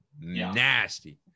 nasty